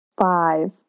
Five